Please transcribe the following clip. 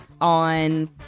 on